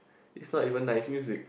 it's not even nice music